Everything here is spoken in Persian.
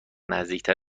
نزدیکتر